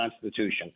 Constitution